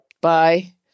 Bye